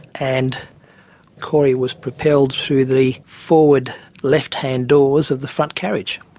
and corey was propelled through the forward left-hand doors of the front carriage.